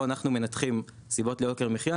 אנחנו מנתחים את הסיבות ליוקר המחיה,